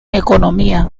economía